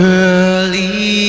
early